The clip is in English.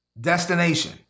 destination